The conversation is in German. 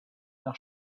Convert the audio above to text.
nach